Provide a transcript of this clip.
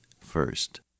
first